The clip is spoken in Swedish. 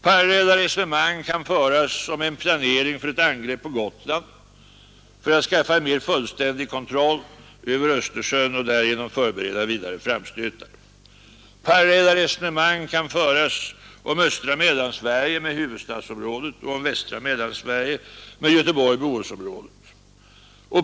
Parallella resonemang kan föras om en planering för ett angrepp på Gotland för att skaffa en mer fullständig kontroll över Östersjön och därigenom förbereda vidare framstötar. Parallella resonemang kan föras om östra Mellansverige med huvudstadsområdet och om västra Mellansverige med Göteborg-Bohusområdet.